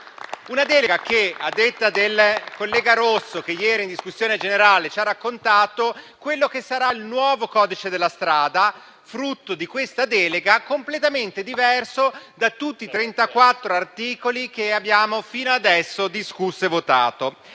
Una delega che, a detta del collega Rosso, che ieri, in discussione generale, ci ha raccontato quello che sarà il nuovo codice della strada, darà un testo completamente diverso da tutti i 34 articoli che abbiamo fino adesso discusso e votato.